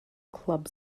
club